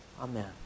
amen